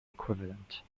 equivalent